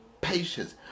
patience